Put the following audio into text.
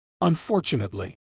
Unfortunately